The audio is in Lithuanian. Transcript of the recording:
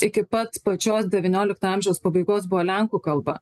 iki pat pačios devyniolikto amžiaus pabaigos buvo lenkų kalba